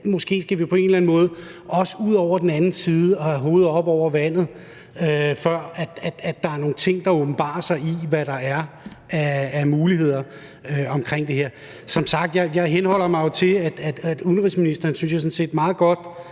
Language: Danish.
måske på en eller anden måde også skal ud på den anden side og have hovedet oven vande, før der er nogle ting, der skal åbenbares, når det gælder, hvad der er af muligheder i det her. Som sagt henholder jeg mig til, at udenrigsministeren sådan set meget godt